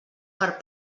per